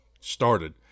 started